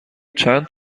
چند